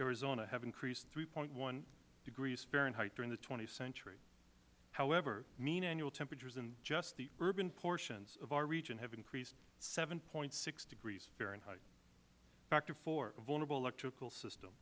arizona have increased three point one degrees fahrenheit during the th century however mean annual temperatures in just the urban portions of our region have increased seven point six degrees fahrenheit factor four a vulnerable electrical system